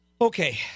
Okay